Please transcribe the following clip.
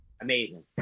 Amazing